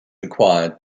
required